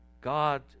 God